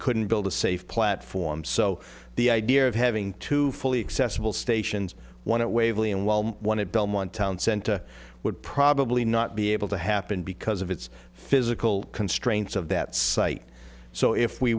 couldn't build a safe platform so the idea of having to fully accessible stations one of waverly and well one of belmont town center would probably not be able to happen because of its physical constraints of that site so if